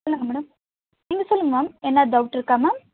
சொல்லுங்கள் மேடம் நீங்கள் சொல்லுங்கள் மேம் எதனால் டவுட் இருக்கா மேம்